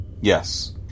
Yes